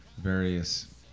various